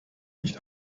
nicht